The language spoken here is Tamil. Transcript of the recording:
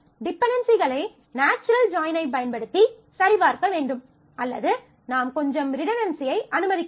டிபென்டென்சிகளை நாச்சுரல் ஜாயின் ஐப் பயன்படுத்தி சரிபார்க்க வேண்டும் அல்லது நாம் கொஞ்சம் ரிடன்டன்சியை அனுமதிக்கலாம்